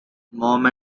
mom